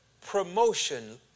Promotion